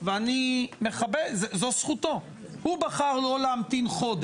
והביטחון החברתי מאיר כהן: תת ניצב כהנא אמר שזה קורה.